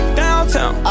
downtown